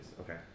Okay